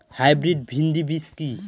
Hybrid ভীন্ডি বীজ কি?